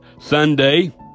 Sunday